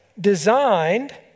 designed